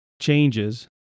changes